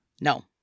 No